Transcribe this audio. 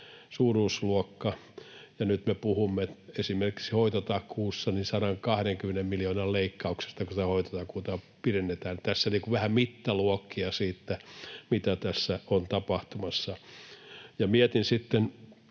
vuositasolla, ja nyt me puhumme esimerkiksi hoitotakuussa 120 miljoonan leikkauksesta, kun tätä hoitotakuuta pidennetään. Tässä vähän mittaluokkia siitä, mitä tässä on tapahtumassa. Mietin sitten,